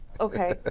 okay